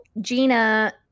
Gina